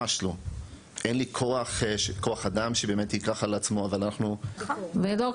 שמונה חודשים שחולי שבץ צריכים --- ואז המטופל סובל.